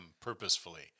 purposefully